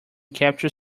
capture